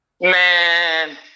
man